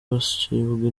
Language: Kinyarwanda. bacibwa